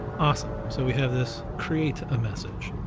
awesome, so we have this create a message.